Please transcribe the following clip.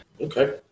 okay